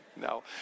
No